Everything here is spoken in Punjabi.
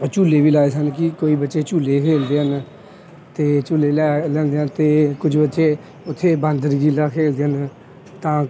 ਝੂਲੇ ਵੀ ਲਾਏ ਸਨ ਕਿ ਕੋਈ ਬੱਚੇ ਝੂਲੇ ਖੇਡਦੇ ਹਨ ਅਤੇ ਝੂਲੇ ਲੈ ਲੈਂਦੇ ਹੈ ਅਤੇ ਕੁਝ ਬੱਚੇ ਉੱਥੇ ਬਾਂਦਰ ਕਿੱਲਾ ਖੇਡਦੇ ਹਨ ਤਾਂ